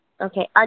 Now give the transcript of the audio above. okay